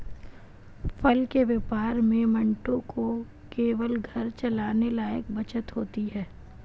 फल के व्यापार में मंटू को केवल घर चलाने लायक बचत होती है